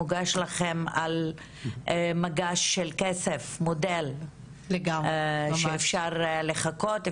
מוגש לכם על מגש של כסף מודל שאפשר לחקות,